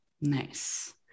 Nice